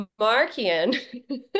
Markian